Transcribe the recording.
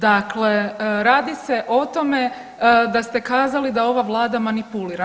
Dakle, radi se o tome da ste kazali da ova vlada manipulira.